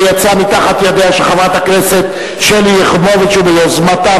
שיצא מתחת ידיה של חברת הכנסת שלי יחימוביץ וביוזמתה,